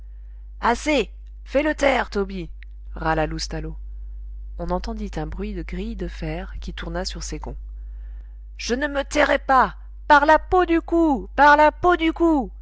assez fais-le taire tobie râla loustalot on entendit un bruit de grille de fer qui tourna sur ses gonds je ne me tairai pas par la peau du cou par la peau du cou